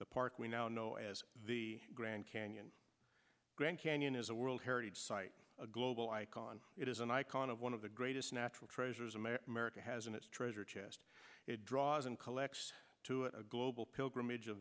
the park we now know as the grand canyon grand canyon is a world heritage site a global icon it is an icon of one of the greatest natural treasures america has and its treasure chest it draws an collects to it a global pilgrimage of